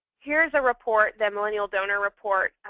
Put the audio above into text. here is a report, the millennial donor report,